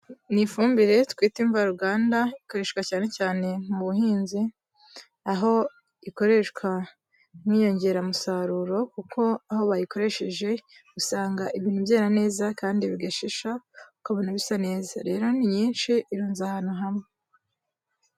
Ni ifumbire twita imvaruganda, ikoreshwa cyane cyane mu buhinzi, aho ikoreshwa nk'inyongeramusaruro kuko aho bayikoresheje usanga ibintu byera neza kandi bigashisha, ukabona bisa neza, rero ni nyinshi, irunze ahantu hamwe.